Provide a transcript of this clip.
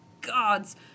gods